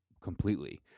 completely